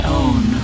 own